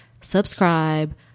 subscribe